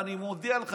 ואני מודיע לך,